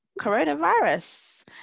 Coronavirus